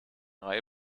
reihe